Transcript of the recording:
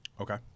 Okay